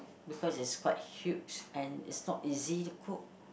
because is quite huge and its not easy to cook